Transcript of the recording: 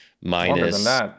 minus